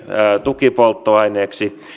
tukipolttoaineeksi